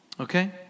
Okay